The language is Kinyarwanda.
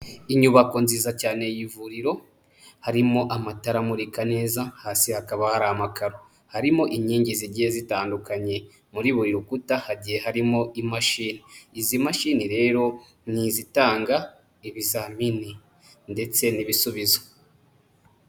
Inyubako nziza cyane y'ivuriro, harimo amatara amurika neza, hasi hakaba hari amakaro. Harimo inkingi zigiye zitandukanye, muri buri rukuta hagiye harimo imashini. Izi mashini rero ni izitanga ibizamini ndetse n'ibisubizo.